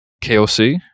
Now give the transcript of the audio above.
KOC